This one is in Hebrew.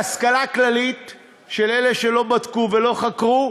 להשכלה כללית של אלה שלא בדקו ולא חקרו,